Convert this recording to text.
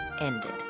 ended